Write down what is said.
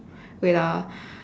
wait ah